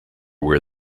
where